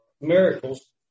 miracles